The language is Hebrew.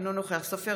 אינו נוכח אופיר סופר,